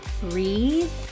breathe